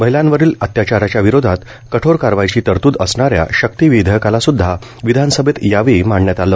महिलांवरील अत्याचारच्या विरोधात कठोर कारवाईची तरतूद असणाऱ्या शक्ति विधेयकालासुदधा विधान सभेत यावेळी मांडण्यात आलं